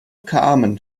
carmen